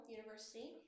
University